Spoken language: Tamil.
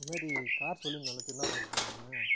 இந்தமாரி கார் சொல்லிருந்தோம்ல திருவண்ணாமலைக்கு போகணுன்னு